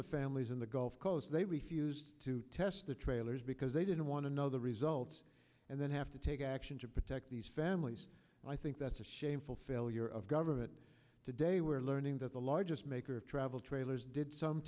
the families in the gulf coast they refused to test the trailers because they didn't want to know the results and then have to take action to protect these families and i think that's a shameful failure of government today we're learning that the largest maker of travel trailers did some